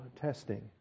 testing